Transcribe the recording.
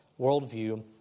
worldview